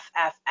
FFF